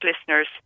listeners